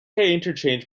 interchange